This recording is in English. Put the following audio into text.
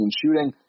shooting